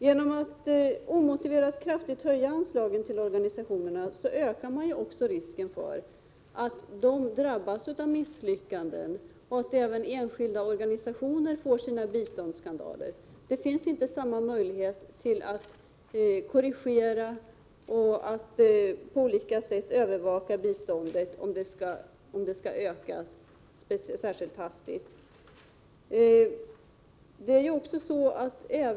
Genom att man omotiverat kraftigt höjer anslagen till organisationerna ökas också risken för att de drabbas av misslyckanden. Även enskilda organisationer kan få sina biståndsskandaler. Det finns inte samma möjligheter att korrigera och på olika sätt övervaka biståndet om det hastigt ökas.